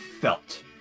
felt